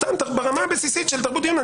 ברמה הבסיסית של תרבות דיון.